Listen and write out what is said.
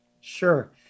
Sure